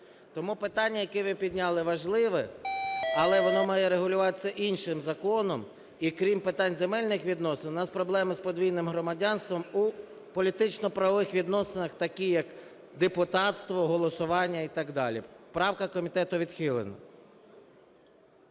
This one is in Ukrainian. Тому питання, яке ви підняли, важливе. Але воно має регулюватися іншим законом, і крім питань земельних відносин у нас проблеми з подвійним громадянством у політично-правових відносинах, такі як депутатство, голосування і так далі. Правка комітетом відхилена.